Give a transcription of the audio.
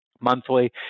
monthly